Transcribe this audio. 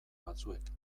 batzuek